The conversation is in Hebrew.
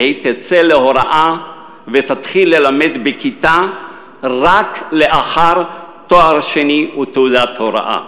והיא תצא להוראה ותתחיל ללמד בכיתה רק לאחר קבלת תואר שני ותעודת הוראה.